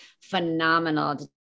phenomenal